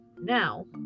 Now